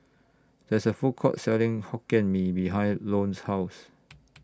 There IS A Food Court Selling Hokkien Mee behind Lone's House